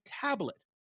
tablet